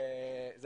אז